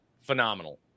phenomenal